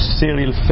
serial